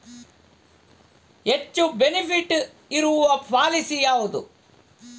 ಹೆಚ್ಚು ಬೆನಿಫಿಟ್ ಇರುವ ಪಾಲಿಸಿ ಯಾವುದು?